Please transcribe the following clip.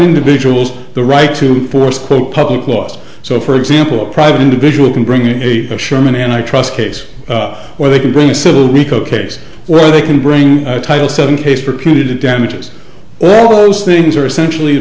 individuals the right to force quote public laws so for example a private individual can bring a sherman antitrust case where they can bring a civil rico case where they can bring title seven case for punitive damages all those things are essentially